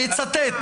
נצטט.